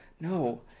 no